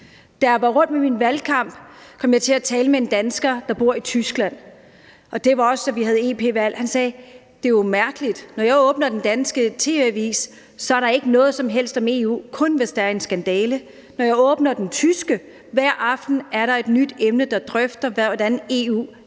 Da jeg var rundt i forbindelse med min valgkamp, kom jeg til at tale med en dansker, der bor i Tyskland – det var, da vi også havde EP-valg – og han sagde: Det er jo mærkeligt; når jeg åbner den danske tv-avis, er der ikke noget som helst om EU, kun hvis der er en skandale, men når jeg åbner for den tyske hver aften, er der et nyt emne, hvor det drøftes, hvordan EU